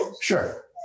Sure